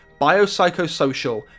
biopsychosocial